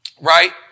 right